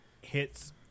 hits